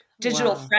digital